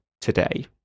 today